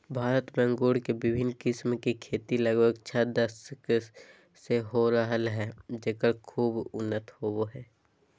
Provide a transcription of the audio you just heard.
भारत में अंगूर के विविन्न किस्म के खेती लगभग छ दशक से हो रहल हई, जेकर खूब उन्नति होवअ हई